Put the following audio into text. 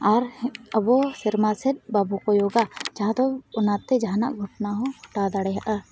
ᱟᱨ ᱟᱵᱚ ᱥᱮᱨᱢᱟᱥᱮᱫ ᱵᱟᱵᱚ ᱠᱚᱭᱚᱜᱟ ᱡᱟᱦᱟᱸᱫᱚ ᱚᱱᱟᱛᱮ ᱡᱟᱦᱟᱱᱟᱜ ᱜᱷᱚᱴᱚᱱᱟᱦᱚᱸ ᱜᱷᱚᱴᱟᱣ ᱫᱟᱲᱮᱭᱟᱜᱼᱟ